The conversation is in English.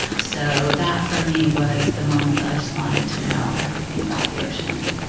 so, that for me was the moment that i just wanted to know everything about the ocean.